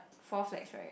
four flags right